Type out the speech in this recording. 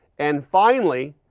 and finally,